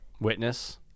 Witness